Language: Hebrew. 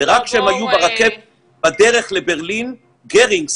רק כשהם היו ברכבת בדרך לברלין גרינג,